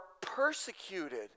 persecuted